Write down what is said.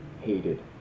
hated